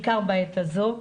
בעיקר בעת הזו.